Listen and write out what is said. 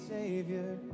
Savior